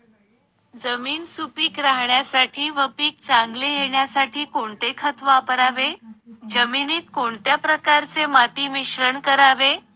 जमीन सुपिक राहण्यासाठी व पीक चांगले येण्यासाठी कोणते खत वापरावे? जमिनीत कोणत्या प्रकारचे माती मिश्रण करावे?